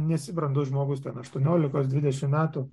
nesi brandus žmogus aštuoniolikos dvidešimt metų